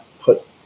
put